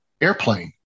airplane